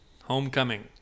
Homecoming